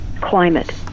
climate